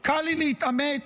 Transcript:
כמה זמן הוא מדבר?